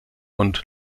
und